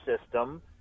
system